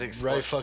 right